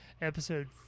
episode